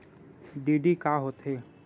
DD का होथे?